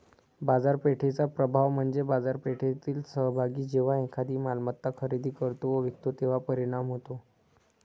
बाजारपेठेचा प्रभाव म्हणजे बाजारपेठेतील सहभागी जेव्हा एखादी मालमत्ता खरेदी करतो व विकतो तेव्हा परिणाम होतो